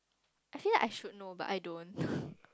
I feel like I should know but I don't